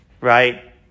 Right